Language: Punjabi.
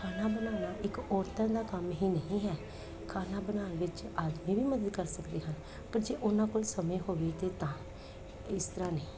ਖਾਣਾ ਬਣਾਉਣਾ ਇੱਕ ਔਰਤਾਂ ਦਾ ਕੰਮ ਹੀ ਨਹੀਂ ਹੈ ਖਾਣਾ ਬਣਾਉਣ ਵਿੱਚ ਆਦਮੀ ਵੀ ਮਦਦ ਕਰ ਸਕਦੇ ਹਨ ਪਰ ਜੇ ਉਹਨਾਂ ਕੋਲ ਸਮੇਂ ਹੋਵੇ ਤੇ ਤਾਂ ਇਸ ਤਰ੍ਹਾਂ ਨਹੀਂ